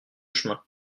chemin